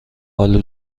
آلو